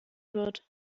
wird